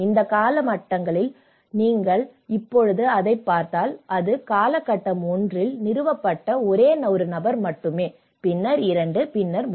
இந்த கால கட்டங்களில் நீங்கள் இப்போது அதைப் பார்த்தால் அது கால கட்டம் 1 இல் நிறுவப்பட்ட ஒரே ஒரு நபர் மட்டுமே பின்னர் 2 பின்னர் 3